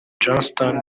johnston